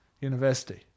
university